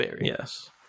yes